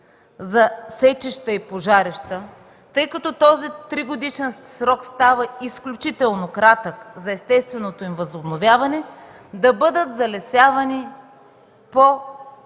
за сечища и пожарища, тъй като този тригодишен срок става изключително кратък за естественото им възобновяване, това ще доведе